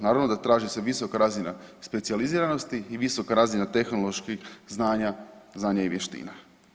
Naravno da traži se visoka razina specijaliziranosti i visoka razina tehnoloških znanja, znanja i vještina.